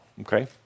Okay